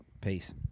peace